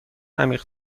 عمیق